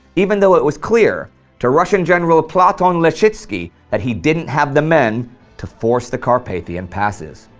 even though it was clear to russian general platon letschitski that he didn't have the men to force the carpathian passes.